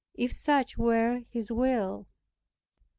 if such were his will.